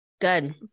Good